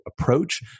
approach